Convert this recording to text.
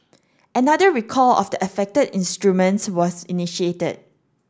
another recall of the affected instruments was initiated